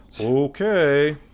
okay